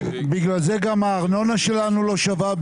בגלל זה גם הארנונה שלנו לא שווה,